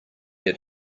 had